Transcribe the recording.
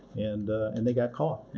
and and they got caught.